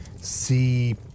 see